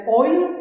oil